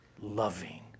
loving